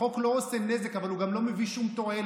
החוק לא עושה נזק, אבל הוא גם לא מביא שום תועלת.